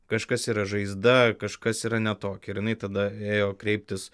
kažkas yra žaizda kažkas yra ne tokia jinai tada ėjo kreiptis